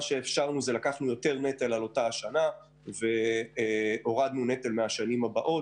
לקחנו יותר נטל על אותה השנה והורדנו נטל מהשנים הבאות,